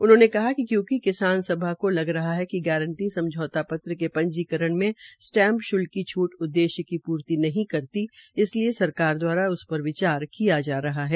उन्होंने कहा कि क्यूकि किसान सभा के लगा रहा है कि मंजूरी समझौता पत्र के पंजीकरण में स्टैम्प श्ल्क की छूत उद्देश्य की पूर्ति नहीं करती इसलिये सरकार दवारा उस पर विचार किया जा रहा है